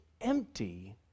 empty